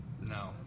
No